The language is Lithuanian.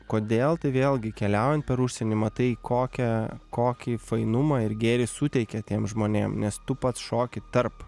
kodėl tai vėlgi keliaujant per užsienį matai kokią kokį fainumą ir gėrį suteikia tiem žmonėm nes tu pats šoki tarp